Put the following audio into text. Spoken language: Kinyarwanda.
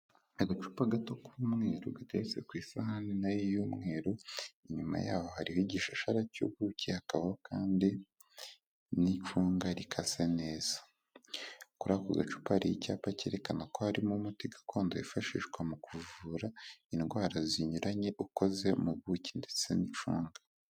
Agacupa gato k'umweru gateretse ku isahani nayo y'umweru inyuma yaho hariho igishashara cy'ubuki hakabaho kandi n'icunga rikase neza kuri ako gacupari icyapa cyerekana ko harimo umuti gakondo yifashishwa mu kuvura indwara zinyuranye ukoze mu buki ndetse n'icunga.